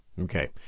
Okay